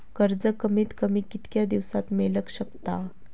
कर्ज कमीत कमी कितक्या दिवसात मेलक शकता?